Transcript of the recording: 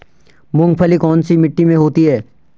मूंगफली कौन सी मिट्टी में होती है?